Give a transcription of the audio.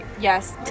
Yes